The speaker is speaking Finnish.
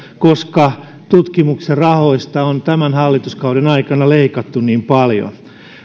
koska tutkimuksen rahoista on tämän hallituskauden aikana leikattu niin paljon